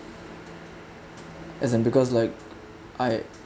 as in because like I